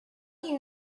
you